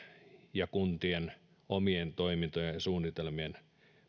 ja kuntien omien toimintojen ja suunnitelmien